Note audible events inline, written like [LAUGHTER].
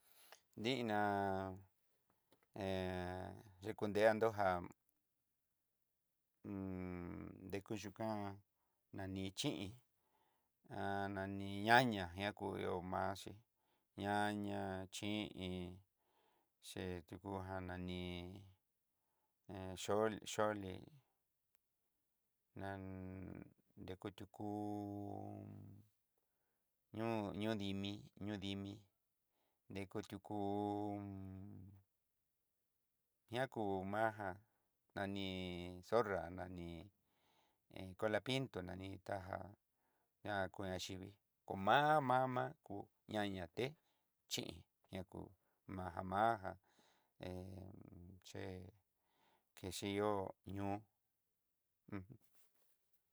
Diná hé yukudiandó ján, [HESITATION] nreyu yukan nani xhin [HESITATION] ani ñaña naku ihó ma'axí ñaña chiin chetuku ján nani hun- xol xoli nan nrekutuku ño'o ñodimí ñodimi dekutukú [HESITATION] ñakú majá nani zorra nani iin cola pintó nani ta já ña kuen xhivii koma'mama kú ñaña té chin ñakú mamjá he [HESITATION] ché quexi yo'o ño'o.